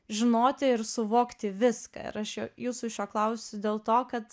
žinoti ir suvokti viską ir aš jūsų šio klausiu dėl to kad